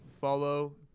Follow